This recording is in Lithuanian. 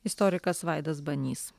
istorikas vaidas banys